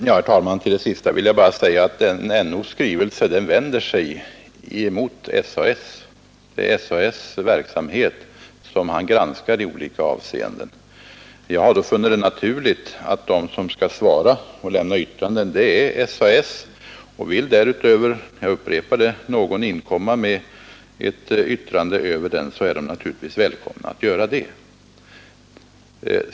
Herr talman! Näringsfrihetsombudsmannens skrivelse vänder sig emot SAS. Det är alltså SAS:s verksamhet som NO granskar i olika avseenden. Jag har då funnit det naturligt att den som skall yttra sig är SAS. Vill därutöver — jag upprepar det — någon inkomma med ett yttrande, är vederbörande naturligtvis välkommen att göra det.